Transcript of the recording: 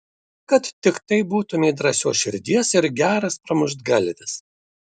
kad tiktai būtumei drąsios širdies ir geras pramuštgalvis